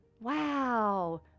wow